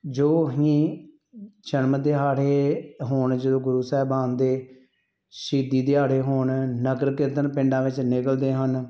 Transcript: ਜੋ ਅਸੀਂ ਜਨਮ ਦਿਹਾੜੇ ਹੋਣ ਜਦੋਂ ਗੁਰੂ ਸਾਹਿਬਾਨ ਦੇ ਸ਼ਹੀਦੀ ਦਿਹਾੜੇ ਹੋਣ ਨਗਰ ਕੀਰਤਨ ਪਿੰਡਾਂ ਵਿੱਚ ਨਿਕਲਦੇ ਹਨ